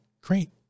great